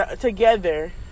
together